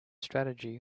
strategy